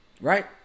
Right